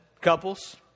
couples